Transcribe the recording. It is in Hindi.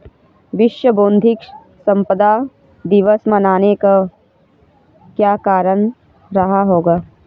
विश्व बौद्धिक संपदा दिवस मनाने का क्या कारण रहा होगा?